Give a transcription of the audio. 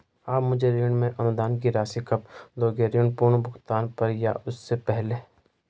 आप मुझे ऋण में अनुदान की राशि कब दोगे ऋण पूर्ण भुगतान पर या उससे पहले?